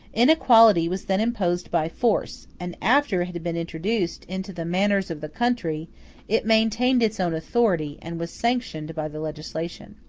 inequality was then imposed by force and after it had been introduced into the manners of the country it maintained its own authority, and was sanctioned by the legislation.